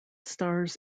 stars